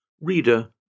Reader